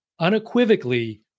unequivocally